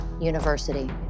University